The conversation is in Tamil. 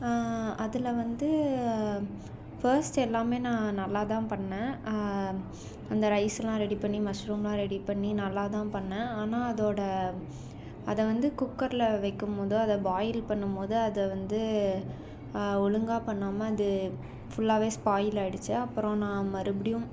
அதில் வந்து ஃபர்ஸ்ட் எல்லாம் நான் நல்லா தான் பண்ணேன் அந்த ரைஸுலாம் ரெடி பண்ணி மஷ்ரும் நல்லா தான் பண்ணேன் ஆனால் அதோட அதை வந்து குக்கரில் வைக்கும் போது அது பாயில் பண்ணும்போது அதை வந்து ஒழுங்காக பண்ணாமல் அது ஃபுல்லாகவே ஸ்பாயில் ஆகிடுச்சு அப்புறம் நான் மறுபடியும்